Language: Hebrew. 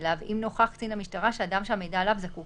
אליו אם נוכח קצין המשטרה שהאדם שהמידע עליו זקוק